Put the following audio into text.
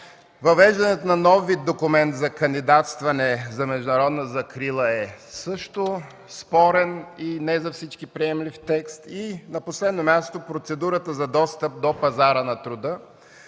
Въвеждането на нов вид документ за кандидатстване за международна закрила е също спорен и не за всички приемлив текст. На последно място, процедурата за достъп до пазара на труда,